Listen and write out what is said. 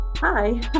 Hi